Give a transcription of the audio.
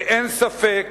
אין ספק